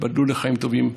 ייבדלו לחיים טובים,